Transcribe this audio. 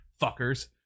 Fuckers